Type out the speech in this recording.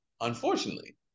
unfortunately